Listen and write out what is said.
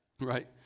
Right